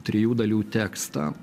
trijų dalių tekstą